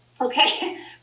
Okay